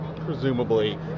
presumably